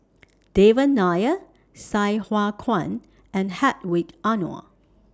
Devan Nair Sai Hua Kuan and Hedwig Anuar